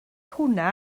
hwnna